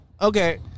Okay